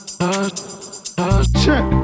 Check